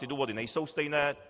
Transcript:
Ty důvody nejsou stejné.